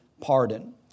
pardon